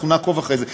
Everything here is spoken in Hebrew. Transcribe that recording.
ואנחנו נעקוב אחרי זה.